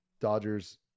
Dodgers